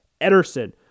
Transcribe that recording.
Ederson